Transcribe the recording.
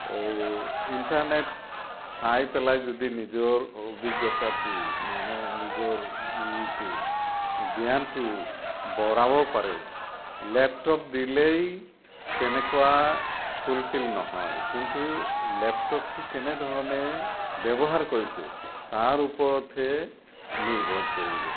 internet চাই পেলাই যদি নিজৰ অভিজ্ঞতাটো না মানে নিজৰ ইটো জ্ঞানটো বঢ়াব পাৰে লেপটপ দিলেই তেনেকুৱা ফুলফিল নহয় কিন্তু লেপটপটো কেনেধৰণে ব্যৱহাৰ কৰিছে তাৰ ওপৰতহে নিৰ্ভৰ কৰিব